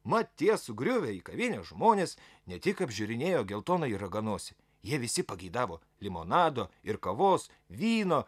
mat tie sugriuvę į kavinę žmonės ne tik apžiūrinėjo geltonąjį raganosį jie visi pageidavo limonado ir kavos vyno